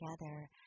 together